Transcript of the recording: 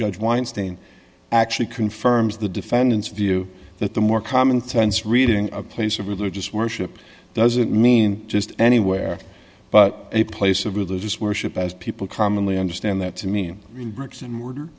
judge weinstein actually confirms the defendant's view that the more common threads reading a place of religious worship doesn't mean just anywhere but a place of religious worship as people commonly understand that to mean in bricks and mortar